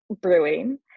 brewing